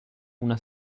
una